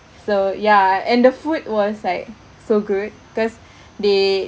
so ya and the food was like so good because they